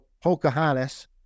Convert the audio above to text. Pocahontas